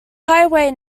highway